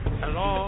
hello